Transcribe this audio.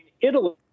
Italy